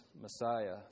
Messiah